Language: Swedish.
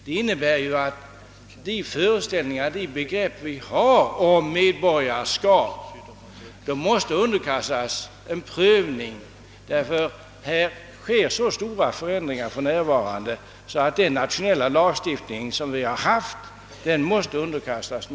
Detta innebär att de föreställningar och begrepp vi har om medborgarskap måste underkastas en prövning. Så stora förändringar sker för närvarande, att den nationella lagstiftningen måste ändras.